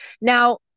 Now